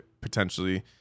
potentially